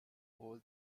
all